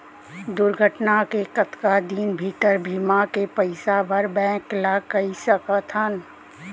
दुर्घटना के कतका दिन भीतर बीमा के पइसा बर बैंक ल कई सकथन?